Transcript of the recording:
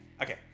Okay